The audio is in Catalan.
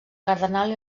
cardenal